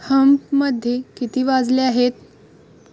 हम्पमध्ये किती वाजले आहेत